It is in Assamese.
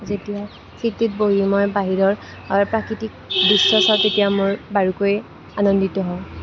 যেতিয়া ছীটটোত বহি মই বাহিৰৰ প্ৰাকৃতিক দৃশ্য চাওঁ তেতিয়া মই বাৰুকৈ আনন্দিত হওঁ